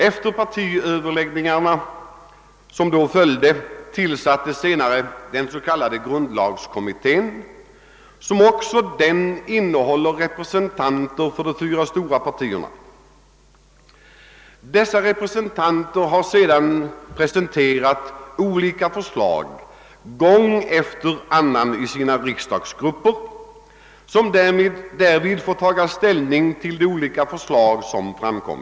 Efter de partiöverläggningar som följde tillsattes senare den s.k. grundlagskommittén, som också innehöll representanter för de fyra stora partierna. Dessa representanter har sedan gång efter annan presenterat olika förslag i sina riksdagsgrupper, som fått ta ställning till dessa.